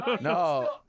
No